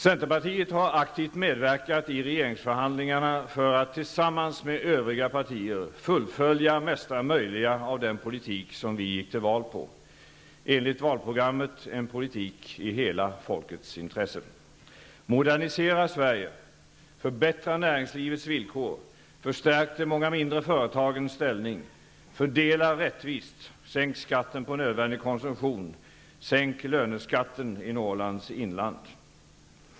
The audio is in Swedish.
Centerpartiet har aktivt medverkat i regeringsförhandlingarna för att, tillsammans med övriga partier, fullfölja mesta möjliga av den politik som vi gick till val på -- enligt valprogrammet en politik i hela folkets intresse. Modernisera Sverige! Förbättra näringslivets villkor! Förstärk de många mindre företagens ställning! Fördela rättvist! Sänk skatten på nödvändig konsumtion! Sänk löneskatten i Norrlands inland!